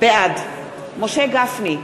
בעד משה גפני,